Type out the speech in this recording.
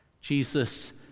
jesus